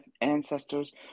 ancestors